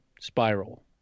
Spiral